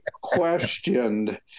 questioned